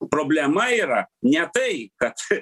problema yra ne tai kad